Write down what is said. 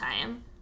time